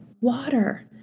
water